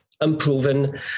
unproven